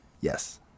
Yes